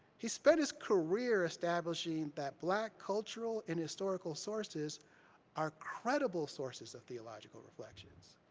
he spent his career establishing that black cultural and historical sources are credible sources of theological reflections,